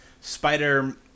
spider